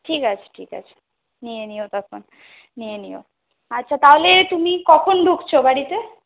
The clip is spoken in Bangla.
ঠিক আছে ঠিক আছে নিয়ে নিও তখন নিয়ে নিও আচ্ছা তাহলে তুমি কখন ঢুকছো বাড়িতে